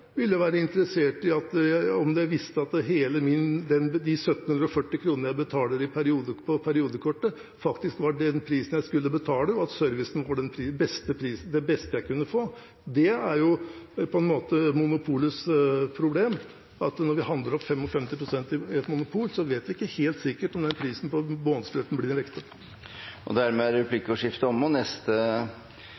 ville være interessert i å vite om de 1 740 kr jeg betaler for periodekortet, faktisk er den prisen jeg skal betale, og at servicen er den beste jeg kan få. Det er på en måte monopolets problem, at når vi handler opp 55 pst. i et monopol, vet vi ikke helt sikkert om prisen på månedsbilletten blir den riktige. Replikkordskiftet er omme. I dag har tusenvis av jernbanefolk demonstrert, demonstrert mot regjeringens privatiseringsreform. De ansatte på jernbanen er glad i jernbanen og glad i jobben sin. Nå er